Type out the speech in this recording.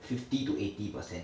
fifty to eighty percent